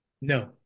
No